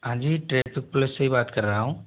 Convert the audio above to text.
हाँ जी traffic police से ही बात कर रहा हूँ